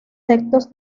textos